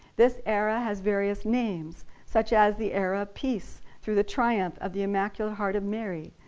this era has various names, such as the era of peace through the triumph of the immaculate heart of mary,